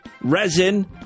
resin